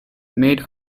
made